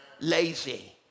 lazy